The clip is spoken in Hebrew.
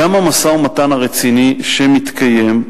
גם המשא-ומתן הרציני שמתקיים,